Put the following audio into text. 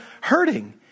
hurting